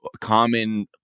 common